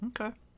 Okay